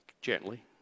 gently